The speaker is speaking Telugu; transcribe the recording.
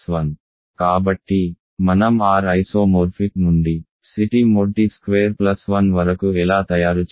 కాబట్టి మనం R ఐసోమోర్ఫిక్ నుండి Ct mod t square plus 1 వరకు ఎలా తయారు చేస్తాము